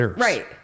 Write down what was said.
Right